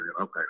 okay